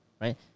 right